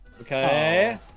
Okay